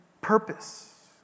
purpose